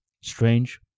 strange